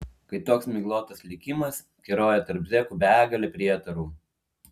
kai toks miglotas likimas keroja tarp zekų begalė prietarų